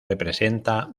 representa